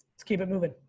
let's keep it moving.